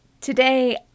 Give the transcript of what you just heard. Today